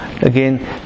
Again